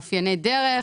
מאפייני דרך.